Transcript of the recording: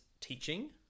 teaching